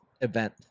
event